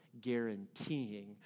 guaranteeing